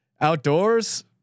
outdoors